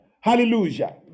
Hallelujah